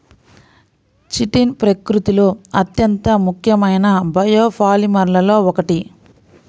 chitin ప్రకృతిలో అత్యంత ముఖ్యమైన బయోపాలిమర్లలో ఒకటి